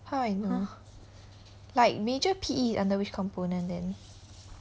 how I know like major P_E is under which component then